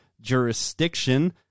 jurisdiction